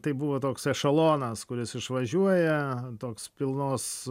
tai buvo toks ešelonas kuris išvažiuoja toks pilnos